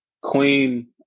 Queen